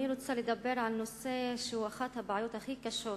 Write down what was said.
אני רוצה לדבר על נושא שהוא אחת הבעיות הכי קשות